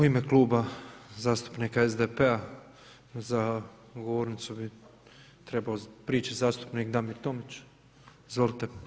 U ime Kluba zastupnika SDP-a za govornicu bi trebao prići zastupnik Damir Tomić, izvolite.